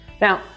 Now